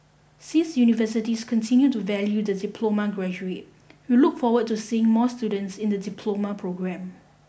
since universities continue to value the diploma graduate we look forward to seeing more students in the diploma programme